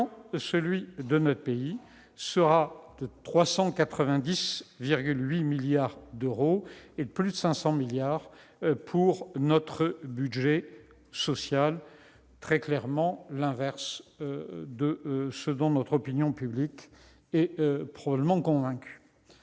celui de notre pays sera de 390,8 milliards d'euros, auxquels s'ajouteront plus de 500 milliards d'euros pour le budget social : c'est clairement l'inverse de ce dont notre opinion publique est probablement convaincue.